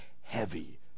heavy